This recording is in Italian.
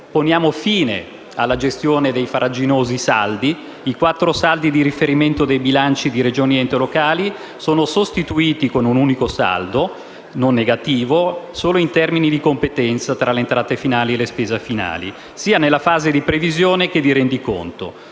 Poniamo fine alla gestione dei farraginosi saldi: i quattro saldi di riferimento dei bilanci di Regioni e enti locali sono sostituiti da un unico saldo, non negativo, ma solo in termini di competenza tra le entrate finali e le spese finali, sia nella fase di previsione che di rendiconto.